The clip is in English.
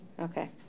Okay